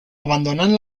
abandonant